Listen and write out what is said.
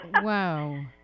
Wow